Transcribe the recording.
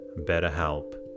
BetterHelp